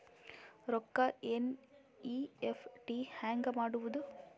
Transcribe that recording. ರೊಕ್ಕ ಎನ್.ಇ.ಎಫ್.ಟಿ ಹ್ಯಾಂಗ್ ಮಾಡುವುದು?